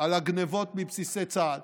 על הגנבות מבסיסי צה"ל,